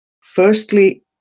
firstly